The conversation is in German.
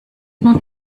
nun